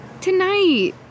Tonight